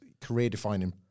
career-defining